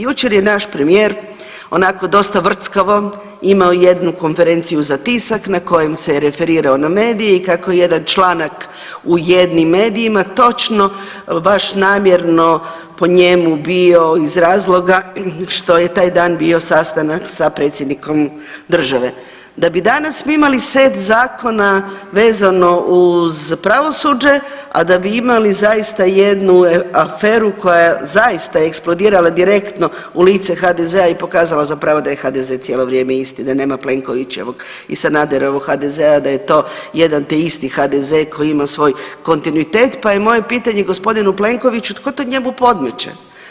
Jučer je naš premijer onako dosta vrckavo imao jednu konferenciju za tisak na kojem se referirao na medije i kako jedan članak u jednim medijima točno baš namjerno po njemu bio iz razloga što je taj dan bio sastanak sa predsjednikom države, da bi danas mi imali set zakona vezano uz pravosuđe, a da bi imali zaista jednu aferu koja je zaista eksplodirala direktno u lice HDZ-a i pokazala zapravo da je HDZ cijelo vrijeme isti, da nema Plenkovićevog i Sanaderovog HDZ-a, da je to jedan te isti HDZ koji ima svoj kontinuitet pa je moje pitanje g. Plenkoviću tko to njemu podmeće?